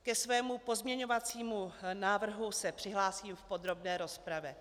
Ke svému pozměňovacímu návrhu se přihlásím v podrobné rozpravě.